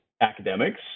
academics